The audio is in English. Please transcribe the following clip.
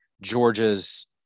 Georgia's –